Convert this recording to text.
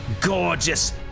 gorgeous